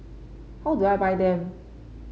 how do I buy them